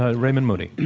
ah raymond moody.